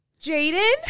Jaden